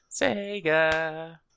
Sega